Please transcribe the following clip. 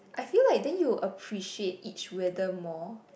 I feel like then you appreciate each weather more